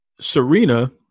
Serena